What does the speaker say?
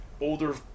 older